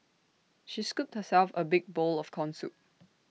she scooped herself A big bowl of Corn Soup